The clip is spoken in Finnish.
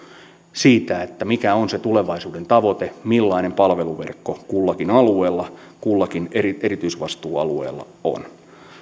siitä mikä on tulevaisuuden tavoite millainen palveluverkko kullakin alueella kullakin erityisvastuualueella on